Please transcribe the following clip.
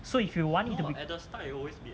so if you want it to be